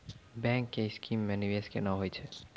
Bank के scheme मे निवेश केना होय छै?